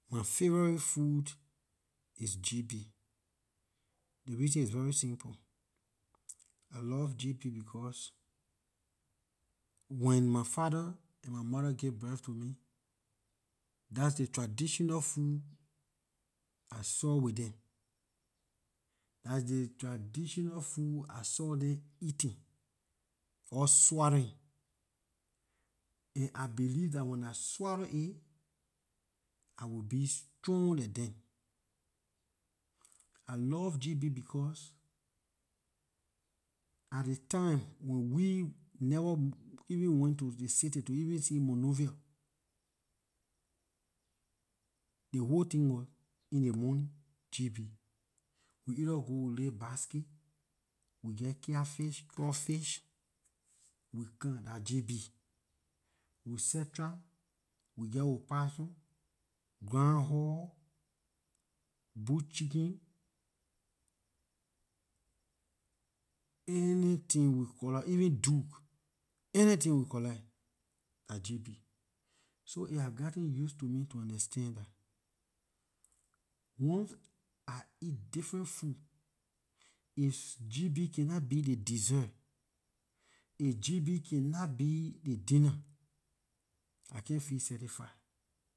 My favorite food is gb. The reason is very simple I love gb because when my father and my mother gave birth to me thats ley traditional food I saw with dem. That ley traditional food I saw dem eating or swallowing and I believe that when I swallow it I will be strong like dem I love gb becor at ley time when we never even went to ley city to even see monrovia ley whole tin wor in ley morning gb we either go we lay basket we geh catfish crawfish we come dah gb we set trap we geh opossum, groundhog, bush chicken anything we collect even du anything we collect dah gb so it has gotten used to me to an extent dah once I eat different food if gb cannot be ley dessert if gb cannot be ley dinner I can't feel satisfy